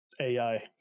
AI